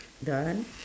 done